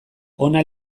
ona